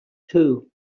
too